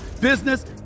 business